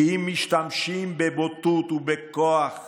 כי אם משתמשים בבוטות ובכוח